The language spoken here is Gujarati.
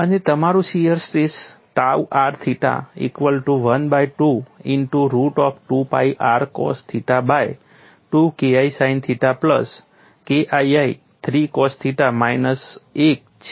અને તમારું shear stress tau r theta equal to 1 by 2 into root of 2 pi r cos theta by 2 KI sine theta plus KII 3 cos theta minus 1 છે